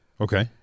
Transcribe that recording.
Okay